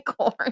corn